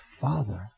Father